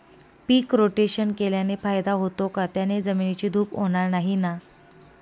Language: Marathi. पीक रोटेशन केल्याने फायदा होतो का? त्याने जमिनीची धूप होणार नाही ना?